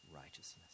righteousness